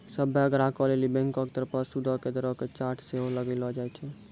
सभ्भे ग्राहको लेली बैंको के तरफो से सूदो के दरो के चार्ट सेहो लगैलो जाय छै